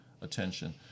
attention